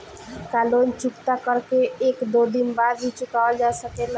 का लोन चुकता कर के एक दो दिन बाद भी चुकावल जा सकेला?